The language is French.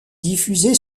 diffusée